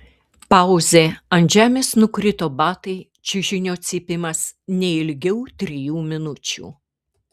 pauzė ant žemės nukrito batai čiužinio cypimas ne ilgiau trijų minučių